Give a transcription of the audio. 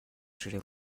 шри